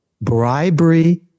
bribery